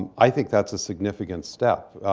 um i think that's a significant step.